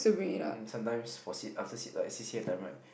sometimes for C~ after C~ like C_C_A time right